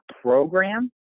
program